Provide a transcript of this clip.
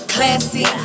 Classy